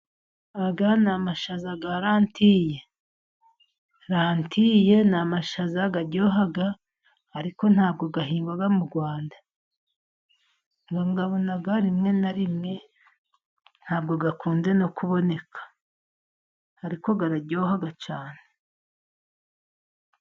Aya ni amsshaja ya Rantiye. Rantiye ni amashaza ni amashaza araryoga arikogaga rimwe na rimwe gakunze no kuboneka arikogara cyaneane